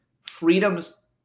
freedoms